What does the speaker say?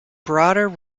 broader